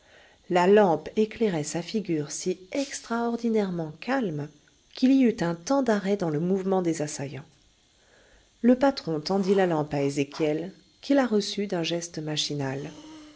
la lampe éclairait sa figure si extraordinairement calme qu'il y eut un temps d'arrêt dans le mouvement des assaillants le patron tendit la lampe à ezéchiel qui la reçut d'un geste machinal